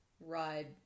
ride